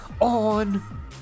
on